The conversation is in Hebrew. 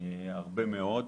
הרבה מאוד,